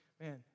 man